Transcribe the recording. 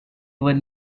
would